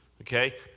okay